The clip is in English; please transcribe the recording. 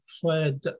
fled